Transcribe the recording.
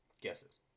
guesses